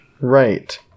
Right